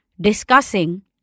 discussing